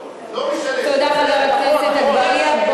לא משנה שהוא, תודה, חבר הכנסת אגבאריה.